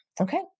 okay